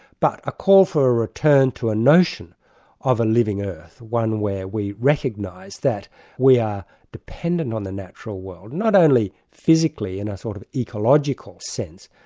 but a call for a return to a notion of a living earth, one where we recognize that we are dependent on the natural world, not only physically in a sort of ecological sense,